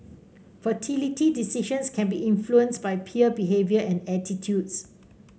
fertility decisions can be influenced by peer behaviour and attitudes